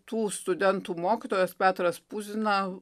tų studentų mokytojas petras puzina